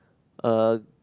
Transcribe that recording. a